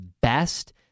best